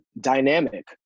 dynamic